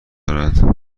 دارد